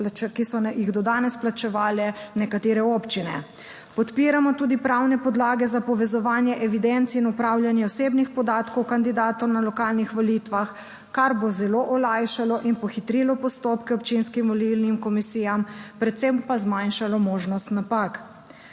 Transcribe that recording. ki so jih do danes plačevale nekatere občine. Podpiramo tudi pravne podlage za povezovanje evidenc in upravljanje osebnih podatkov kandidatov na lokalnih volitvah, kar bo zelo olajšalo in pohitrilo postopke občinskim volilnim komisijam, predvsem pa zmanjšalo možnost napak.